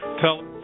tell